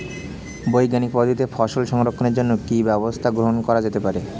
বৈজ্ঞানিক পদ্ধতিতে ফসল সংরক্ষণের জন্য কি ব্যবস্থা গ্রহণ করা যেতে পারে?